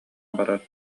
барар